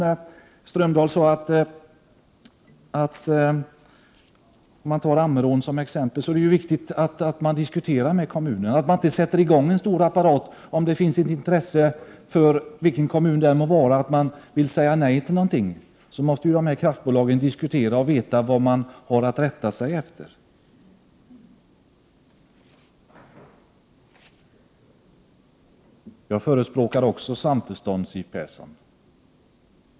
Jan Strömdahl nämnde Ammerån, och det är naturligtvis viktigt att man diskuterar med berörda kommuner, innan man sätter i gång en stor apparat. I vilken kommun det än må vara som det finns en opinion för att säga nej till ett projekt är det viktigt att det förs en diskussion. Kraftbolagen exempelvis måste ju först diskutera för att veta vad de har att rätta sig efter. Jag förespråkar också samförstånd, Siw Persson.